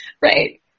Right